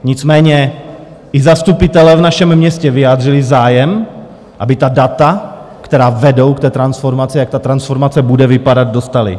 Nicméně i zastupitelé v našem městě vyjádřili zájem, aby ta data, která vedou k té transformaci, a jak ta transformace bude vypadat, dostali.